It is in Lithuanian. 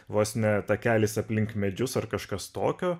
vos ne takelis aplink medžius ar kažkas tokio